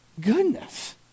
goodness